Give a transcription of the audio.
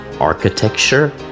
architecture